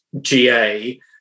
GA